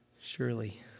surely